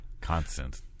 Constant